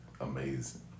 Amazing